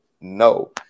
no